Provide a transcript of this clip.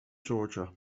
georgia